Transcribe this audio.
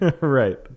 Right